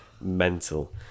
Mental